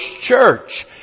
church